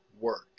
work